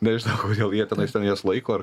nežinau kodėl jie ten jas laiko ar